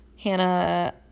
Hannah